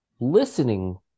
listening